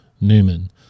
Newman